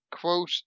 quote